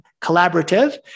Collaborative